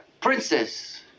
princess